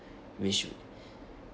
which